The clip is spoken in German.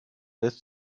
lässt